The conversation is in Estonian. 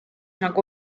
nagu